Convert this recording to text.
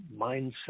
mindset